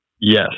Yes